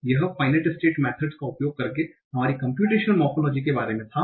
तो यह finite state methods का उपयोग करके हमारी कम्प्यूटेशनल मोरफोलोजी के बारे में था